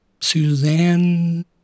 Suzanne